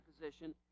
Position